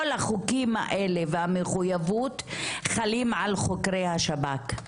כל החוקים האלה והמחוייבות חלים על חוקרי השב"כ,